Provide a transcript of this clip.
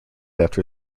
after